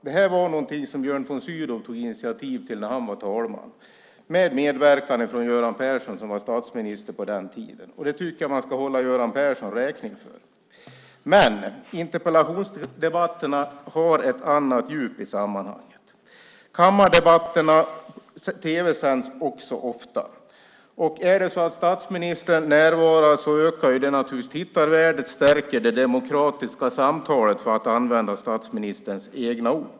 Det här var något som Björn von Sydow tog initiativ till när han var talman, med medverkande av Göran Persson, som var statsminister på den tiden. Det tycker jag att man ska hålla Göran Persson räkning för. Interpellationsdebatterna har dock ett annat djup i sammanhanget. Kammardebatterna tv-sänds också ofta, och om statsministern närvarar ökar det naturligtvis tittarvärdet och stärker det demokratiska samtalet, för att använda statsministerns egna ord.